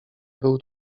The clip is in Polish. był